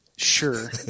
Sure